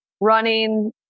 running